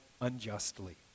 unjustly